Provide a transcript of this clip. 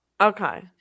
Okay